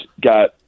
got